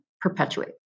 perpetuate